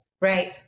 Right